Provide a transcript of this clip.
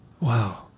Wow